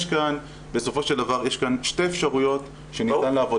בסופו של דבר יש שתי אפשרויות שניתן לעבוד,